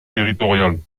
territoriale